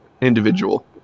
individual